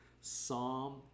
Psalm